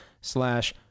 slash